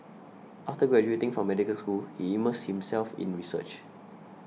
after graduating from medical school he immersed himself in research